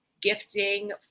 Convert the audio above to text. gifting